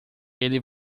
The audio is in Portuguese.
ele